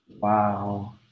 Wow